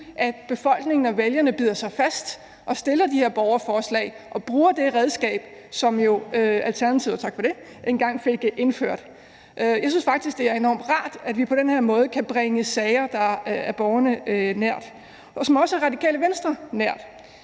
at befolkningen og vælgerne bider sig fast og stiller de her borgerforslag og bruger det redskab, som Alternativet – og tak for det – jo engang fik indført. Jeg synes faktisk, det er enormt rart, at vi på den her måde kan behandle sager, der ligger borgerne nært, og som også ligger Radikale Venstre nært.